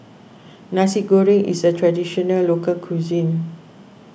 Nasi Goreng is a Traditional Local Cuisine